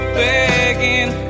begging